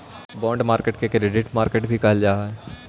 bond market के credit market भी कहल जा हइ